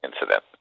incident